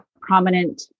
prominent